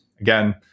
Again